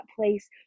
place